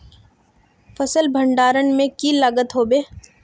फसल भण्डारण में की लगत होबे?